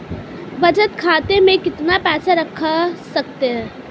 बचत खाते में कितना पैसा रख सकते हैं?